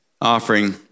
offering